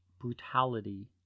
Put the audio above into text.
brutality